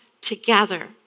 together